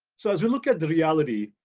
so as we look at the reality,